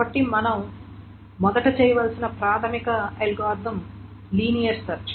కాబట్టి మొదట చేయవలసిన ప్రాథమిక అల్గోరిథం లీనియర్ సెర్చ్